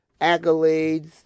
accolades